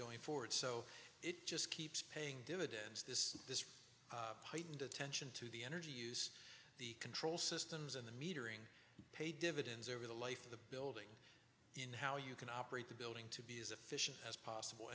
going forward so it just keeps paying dividends this this heightened attention to the energy use the control systems and the metering pay dividends over the life of the building in how you can operate the building to be as efficient as possible